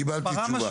קיבלתי תשובה.